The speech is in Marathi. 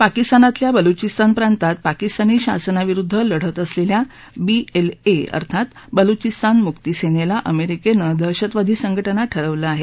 पाकिस्तानातल्या बलुषिस्तान प्रांतात पाकिस्तानी शासनाविरुद्ध लढत असलेल्या बीएलए अर्थात बलुषिस्तान मुक्ती सेनेला अमेरिकेनं दहशतवादी संघाज्ञा ठरवलं आहे